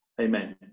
Amen